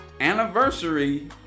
anniversary